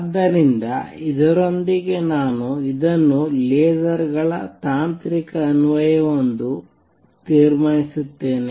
ಆದ್ದರಿಂದ ಇದರೊಂದಿಗೆ ನಾನು ಇದನ್ನು ಲೇಸರ್ಗಳ ತಾಂತ್ರಿಕ ಅನ್ವಯವೆಂದು ತೀರ್ಮಾನಿಸುತ್ತೇನೆ